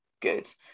good